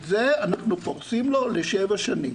את זה אנחנו פורסים לו לשבע שנים.